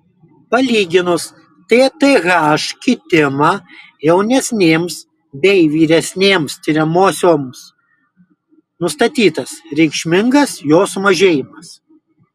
palyginus tth kitimą jaunesnėms bei vyresnėms tiriamosioms nustatytas reikšmingas jo sumažėjimas